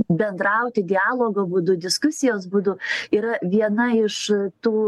bendrauti dialogo būdu diskusijos būdu yra viena iš tų